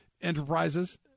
enterprises